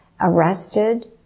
arrested